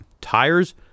Tires